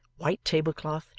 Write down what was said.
white table-cloth,